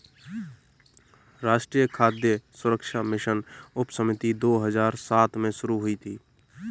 राष्ट्रीय खाद्य सुरक्षा मिशन उपसमिति दो हजार सात में शुरू हुई थी